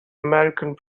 american